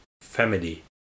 family